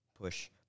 push